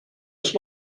ist